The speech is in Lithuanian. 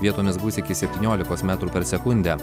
vietomis gūsiai iki septyniolikos metrų per sekundę